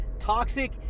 toxic